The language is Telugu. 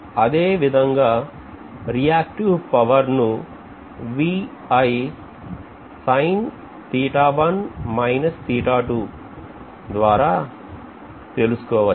అనే విధంగా రియాక్టివ్ పవర్ను ద్వారా తెలుసుకోవచ్చు